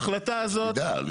שנדע.